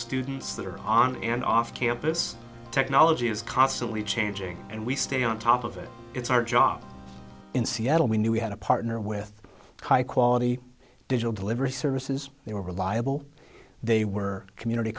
students that are on and off campus technology is constantly changing and we stay on top of it it's our job in seattle we knew we had a partner with high quality digital delivery services they were reliable they were community